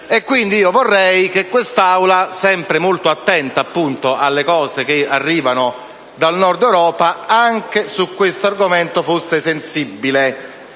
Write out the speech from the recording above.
Pertanto, vorrei che quest'Aula, sempre molto attenta a quanto arriva dal Nord Europa, anche su questo argomento fosse sensibile.